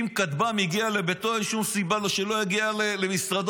אם כטב"ם הגיע לביתו אין שום סיבה שלא יגיע למשרדו,